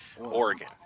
Oregon